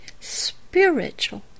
spiritual